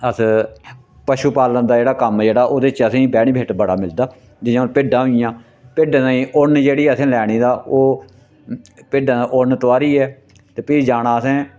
अस पशु पालन दा जेह्ड़ा कम्म जेह्ड़ा ओह्दे च असेंगी बैनीफेट बड़ा मिलदा जियां हून भिड्डां होई गेइयां भिड्डें दी उन्न जेह्ड़ी असें लैनी तां ओह् भिड्डां दा उन्न तोआरियै ते फ्ही जाना असें